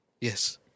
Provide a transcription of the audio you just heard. Yes